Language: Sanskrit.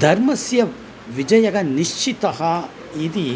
धर्मस्य विजयः निश्चितः इति